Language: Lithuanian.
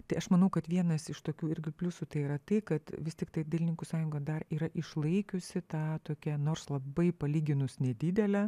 tai aš manau kad vienas iš tokių irgi pliusų tai yra tai kad vis tiktai dailininkų sąjunga dar yra išlaikiusi tą tokią nors labai palyginus nedidelę